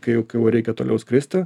kai jai kai jau reikia toliau skristi